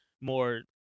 more